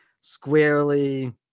squarely